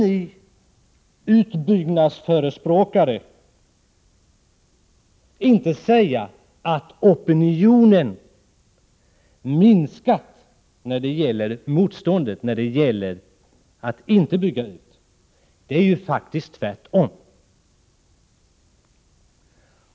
Ni utbyggnadsförespråkare skall alltså inte säga att opinionen minskat när det gäller motståndet mot en utbyggnad. Det förhåller sig ju faktiskt tvärtom.